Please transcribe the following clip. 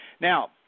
Now